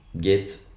get